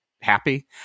happy